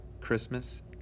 Christmas